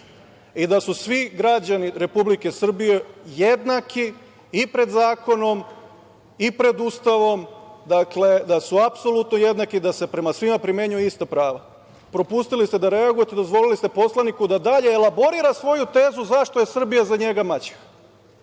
i da su svi građani Republike Srbije jednaki i pred zakonom i pred Ustavom, dakle, da su apsolutno jednaki i da se prima svima primenjuju ista prava. Propustili ste da reagujete, dozvolili ste poslaniku da dalje elaborira svoju tezu zašto je Srbija za njega maćeha.